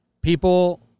People